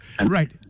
Right